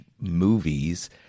movies